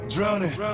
Drowning